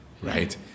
Right